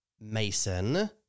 Mason